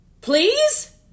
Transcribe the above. Please